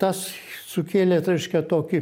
tas sukėlėt reiškia tokį